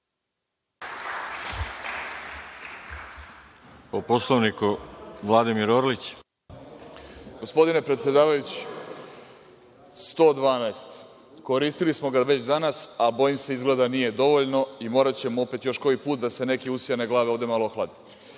Orlić. **Vladimir Orlić** Gospodine predsedavajući, 112. Koristili smo ga već danas, ali bojim se, izgleda da nije dovoljno i moraćemo opet još koji put, da se neke usijane glave ovde malo ohlade. Član